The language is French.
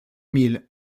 mille